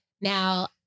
now